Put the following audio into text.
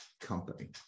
company